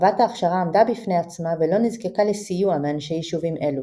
חוות ההכשרה עמדה בפני עצמה ולא נזקקה לסיוע מאנשי יישובים אלו.